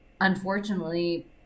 unfortunately